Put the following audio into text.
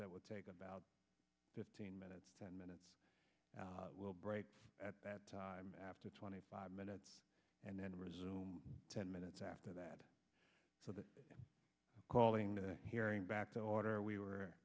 that would take about fifteen minutes ten minutes we'll break at that time after twenty five minutes and then resume ten minutes after that so that calling the hearing back to order we were